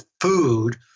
food